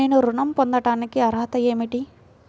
నేను ఋణం పొందటానికి అర్హత ఏమిటి?